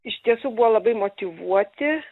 iš tiesų buvo labai motyvuoti